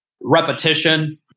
repetition